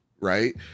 Right